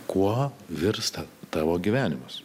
kuo virsta tavo gyvenimas